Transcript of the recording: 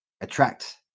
attract